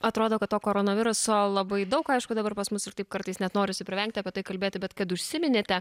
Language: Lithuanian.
atrodo kad to koronaviruso labai daug aišku dabar pas mus ir taip kartais net norisi privengti apie tai kalbėti bet kad užsiminėte